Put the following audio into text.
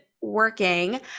working